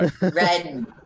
Red